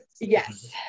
Yes